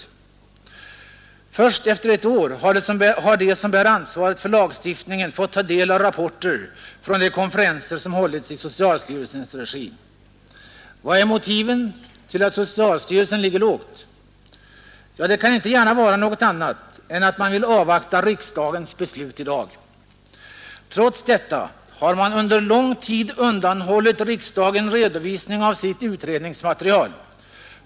Men först efter ett år har de som bär ansvaret för lagstiftningen fått ta del av rapporter från de konferenser som hållits i socialstyrelsens regi. Vad är motivet till att socialstyrelsen ligger lågt? Det kan inte gärna vara något annat än att man vill avvakta riksdagens beslut i dag. Trots detta har man under lång tid undanhållit riksdagen redovisning av sitt utredningsmaterial.